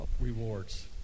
rewards